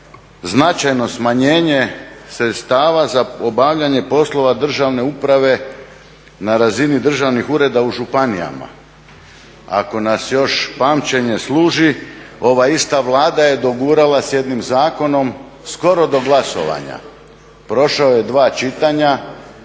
značajno smanjenje sredstava za obavljanje poslova državne uprave na razini državnih ureda u županijama. Ako nas još pamćenje služi ova ista Vlada je dogurala sa jednim zakonom skoro do glasovanja, prošao je dva čitanja,